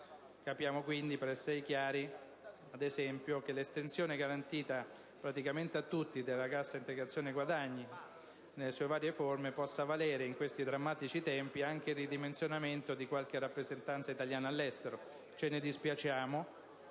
Capiamo quindi, per essere chiari, ad esempio, che l'estensione garantita praticamente a tutti della cassa integrazione guadagni nelle sue varie forme possa valere in questi drammatici tempi anche il ridimensionamento di qualche rappresentanza italiana all'estero. Ce ne dispiacciamo,